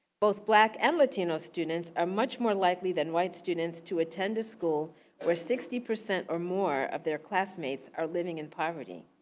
both black and latino students are much more likely than white students to attend a school where sixty percent or more of their classmates are living in poverty.